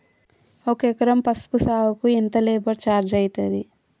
ఒక ఎకరం పసుపు సాగుకు ఎంత లేబర్ ఛార్జ్ అయితది?